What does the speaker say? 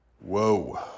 Whoa